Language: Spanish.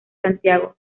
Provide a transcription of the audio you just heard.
santiago